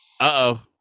Uh-oh